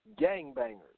gangbangers